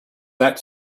that